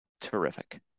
terrific